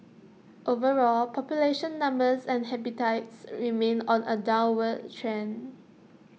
overall population numbers and habitats remain on A downward trend